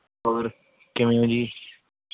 ਹੋਰ ਕਿਵੇਂ ਹੋ ਜੀ